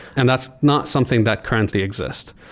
and that's not something that currently exist.